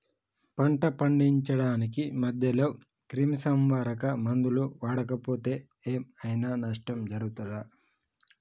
పంట పండించడానికి మధ్యలో క్రిమిసంహరక మందులు వాడకపోతే ఏం ఐనా నష్టం జరుగుతదా?